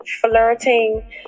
flirting